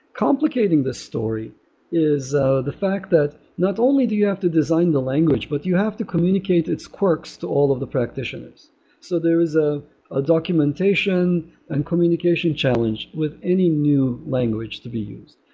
complicating the story is the fact that not only do you have to design the language, but you have to communicate its quirks to all of the practitioners so there is ah a documentation and communication challenge with any new language to be used.